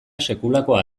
sekulakoa